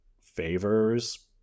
favors